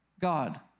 God